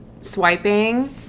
swiping